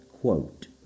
Quote